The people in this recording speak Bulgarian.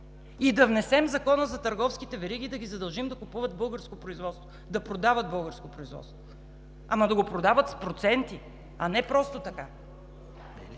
и да внесем Закона за търговските вериги – да ги задължим да купуват българско производство, да продават българско производство, ама да го продават с проценти, а не просто така.